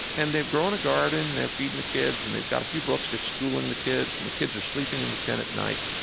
and they've grown a garden, they're feeding the kids, and they've got a few books. they're schooling the kids, and the kids are sleeping in the tent at night.